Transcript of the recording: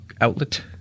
outlet